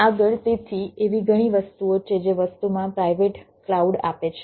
આગળ તેથી એવી ઘણી વસ્તુઓ છે જે વસ્તુમાં પ્રાઇવેટ કલાઉડ આપે છે